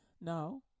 No